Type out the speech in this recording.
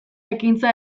ekintza